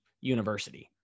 University